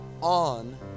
on